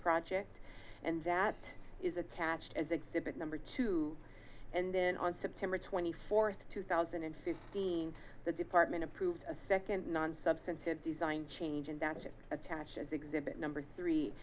project and that is attached as exhibit number two and then on september twenty fourth two thousand and sixteen the department approved a second non substantive design change and that it attaches exhibit number three